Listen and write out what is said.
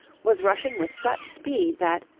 was rushing with such speed that,